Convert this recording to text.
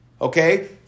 okay